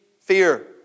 fear